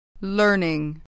learning